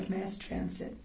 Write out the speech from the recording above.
of mass transit